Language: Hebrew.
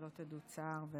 שלא תדעו צער.